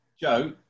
Joe